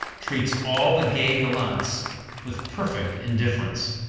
treats all the gay gallants with perfect indifference.